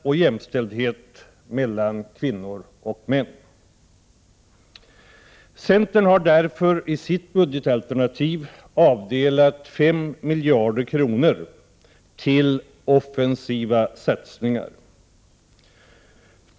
Centern har därför i sitt budgetalternativ avdelat 5 miljarder kronor till offensiva satsningar.